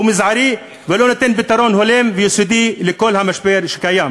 הוא מזערי ולא נותן פתרון הולם ויסודי לכל המשבר שקיים.